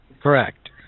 Correct